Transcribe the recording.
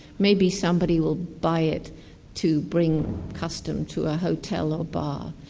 maybe somebody will buy it to bring custom to a hotel or bar,